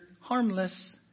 harmless